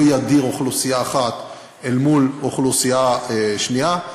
לא ידיר אוכלוסייה אחת אל מול אוכלוסייה שנייה.